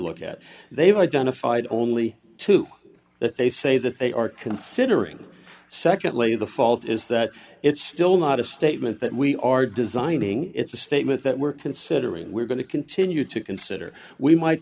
look at they've identified only two that they say that they are considering secondly the fault is that it's still not a statement that we are designing it's a statement that we're considering we're going to continue to consider we might